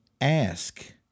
ask